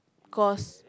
cause